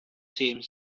same